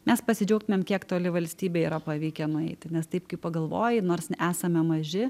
mes pasidžiaugtumėm kiek toli valstybei yra pavykę nueiti nes taip kai pagalvoji nors esame maži